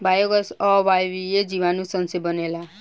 biogas अवायवीय जीवाणु सन से बनेला